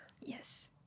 Yes